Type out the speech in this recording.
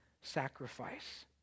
sacrifice